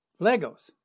Legos